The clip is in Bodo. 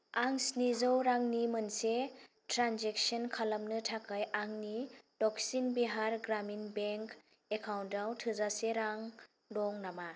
आं स्निजौ रांनि मोनसे ट्रेनजेक्सन खालामनो थाखाय आंनि धाक्सिन बिहार ग्रामिन बेंक एकाउन्टाव थोजासे रां दं नामा